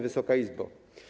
Wysoka Izbo!